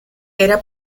era